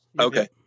Okay